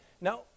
Now